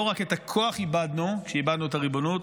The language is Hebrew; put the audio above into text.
לא רק את הכוח איבדנו כשאיבדנו את הריבונות,